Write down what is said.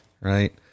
right